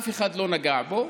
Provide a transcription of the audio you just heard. אף אחד לא נגע בו,